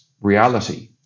reality